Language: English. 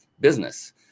business